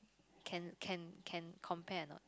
can can can compare or not